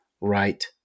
right